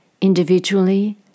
individually